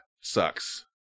sucks